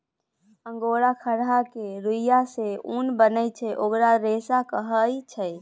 angora खरहा केर रुइयाँ सँ जे उन बनै छै अंगोरा रेशा कहाइ छै